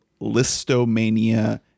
Listomania